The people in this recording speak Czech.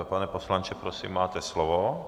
Pane poslanče, prosím, máte slovo.